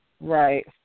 Right